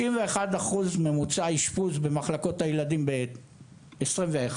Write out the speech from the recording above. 91% ממוצע אשפוז במחלקות הילדים ב-2021 ,